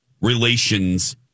relations